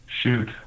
Shoot